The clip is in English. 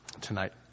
tonight